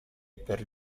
per